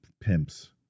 pimps